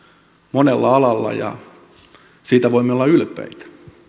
monella alalla ja siitä voimme olla ylpeitä